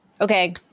okay